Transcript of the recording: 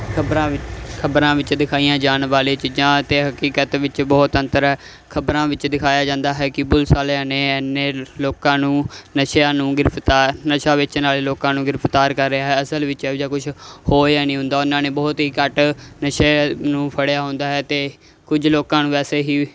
ਖਬਰਾਂ ਵਿ ਖਬਰਾਂ ਵਿੱਚ ਦਿਖਾਈਆਂ ਜਾਣ ਵਾਲੀਆਂ ਚੀਜ਼ਾਂ ਅਤੇ ਹਕੀਕਤ ਵਿੱਚ ਬਹੁਤ ਅੰਤਰ ਹੈ ਖਬਰਾਂ ਵਿੱਚ ਦਿਖਾਇਆ ਜਾਂਦਾ ਹੈ ਕਿ ਪੁਲਿਸ ਵਾਲਿਆਂ ਨੇ ਇੰਨੇ ਲੋਕਾਂ ਨੂੰ ਨਸ਼ਿਆਂ ਨੂੰ ਗ੍ਰਿਫਤਾਰ ਨਸ਼ਾ ਵੇਚਣ ਵਾਲੇ ਲੋਕਾਂ ਨੂੰ ਗ੍ਰਿਫਤਾਰ ਕਰ ਲਿਆ ਹੈ ਅਸਲ ਵਿੱਚ ਇਹੋ ਜਿਹਾ ਕੁਝ ਹੋਇਆ ਨਹੀਂ ਹੁੰਦਾ ਉਹਨਾਂ ਨੇ ਬਹੁਤ ਹੀ ਘੱਟ ਨਸ਼ੇ ਨੂੰ ਫੜਿਆ ਹੁੰਦਾ ਹੈ ਅਤੇ ਕੁਝ ਲੋਕਾਂ ਨੂੰ ਵੈਸੇ ਹੀ